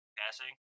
passing